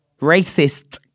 racist